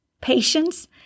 patience